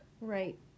right